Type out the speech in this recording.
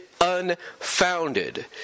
unfounded